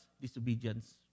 disobedience